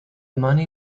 money